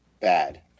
bad